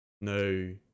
no